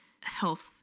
health